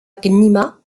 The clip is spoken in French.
gmina